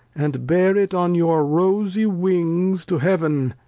and bear it on your rosie wings to heav'n.